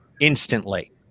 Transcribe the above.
instantly